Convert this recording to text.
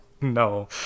No